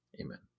amen